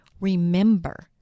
remember